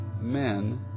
men